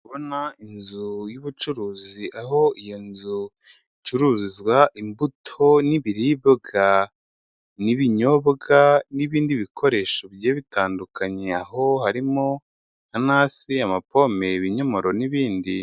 Ndi kubona inzu y'ubucuruzi, aho iyo nzu icuruza imbuto, n'ibiribwa, n'ibinyobwa, n'ibindi bikoresho bigiye bitandukanye, aho harimo inanasi, amapome, ibinyomoro n'ibindi.